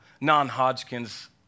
non-Hodgkin's